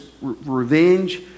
revenge